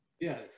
yes